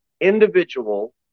Individual